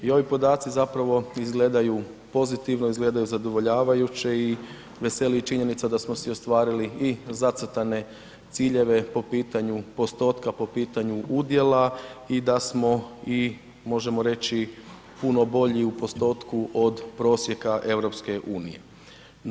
I ovi podaci zapravo izgledaju pozitivno, izgledaju zadovoljavajuće i veseli činjenica da smo si ostvarili i zacrtane ciljeve po pitanju postotka, po pitanju udjela i da smo i možemo reći puno bolji u postotku od prosjeka EU-a.